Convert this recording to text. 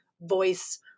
voice